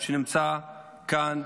שנמצא כאן,